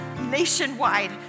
nationwide